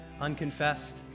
Unconfessed